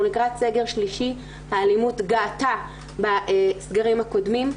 האלימות געתה בסגרים הקודמים.